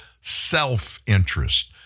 self-interest